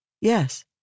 Yes